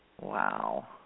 Wow